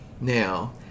now